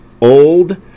old